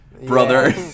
brother